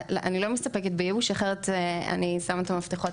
אני לא מסתפקת בייאוש אחרת אני שמה את המפתחות,